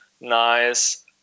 nice